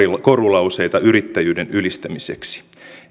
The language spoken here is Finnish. korulauseita yrittäjyyden ylistämiseksi